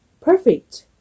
perfect